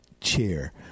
chair